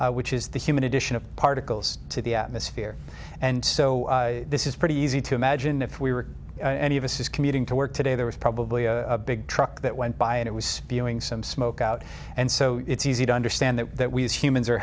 group which is the human addition of particles to the atmosphere and so this is pretty easy to imagine if we were any of us is commuting to work today there was probably a big truck that went by and it was spewing some smoke out and so it's easy to understand that we as humans are